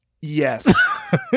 Yes